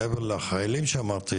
מעבר לחיילים שאמרתי,